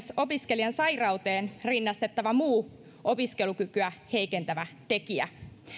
opiskelijan sairauteen rinnastettava muu opiskelukykyä heikentävä tekijä